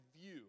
view